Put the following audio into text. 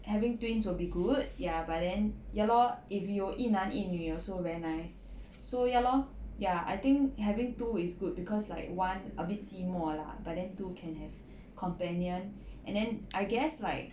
having twins will be good ya but then ya lor if you 一男一女 also very nice so ya lor ya I think having two is good cause like one a bit 寂寞 lah but then two can have companion and then I guess like